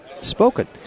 Spoken